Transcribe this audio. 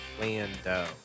Lando